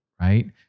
right